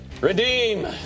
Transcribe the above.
redeem